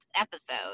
episode